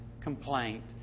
complaint